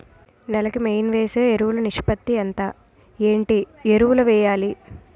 నేల కి మెయిన్ వేసే ఎరువులు నిష్పత్తి ఎంత? ఏంటి ఎరువుల వేయాలి?